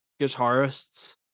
guitarists